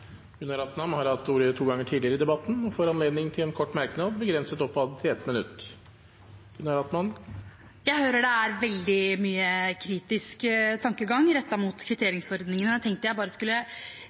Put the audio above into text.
Gunaratnam har hatt ordet to ganger tidligere i debatten og får ordet til en kort merknad, begrenset til 1 minutt. Jeg hører det er veldig mye kritisk tankegang rettet mot